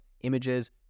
images